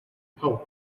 poem